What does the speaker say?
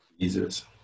Jesus